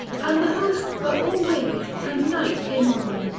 and the host were all wearied and night came on them,